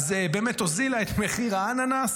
באמת הורידה את מחיר האננס.